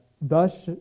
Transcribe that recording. Thus